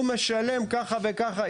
הוא משלם ככה וככה,